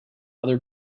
other